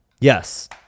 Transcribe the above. Yes